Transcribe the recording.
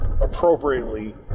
appropriately